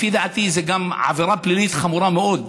לפי דעתי זו גם עבירה פלילית חמורה מאוד,